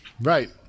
Right